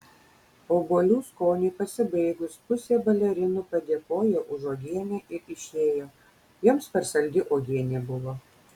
obuolių skoniui pasibaigus pusė balerinų padėkojo už uogienę ir išėjo joms per saldi uogienė buvo